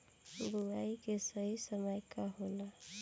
बुआई के सही समय का होला?